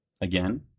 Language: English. again